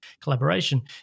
collaboration